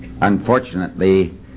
unfortunately